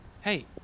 Hey